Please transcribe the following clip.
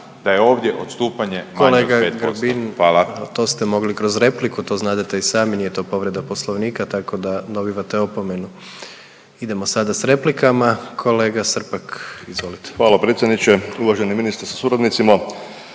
da je ovdje odstupanje manje od 5%. Hvala. **Jandroković, Gordan (HDZ)** Kolega Grbin to ste mogli kroz repliku, to znadete i sami nije to povreda Poslovnika tako da dobivate opomenu. Idemo sada s replikama, kolega Srpak izvolite. **Srpak, Dražen (HDZ)** Hvala predsjedniče. Uvaženi ministre sa suradnicima,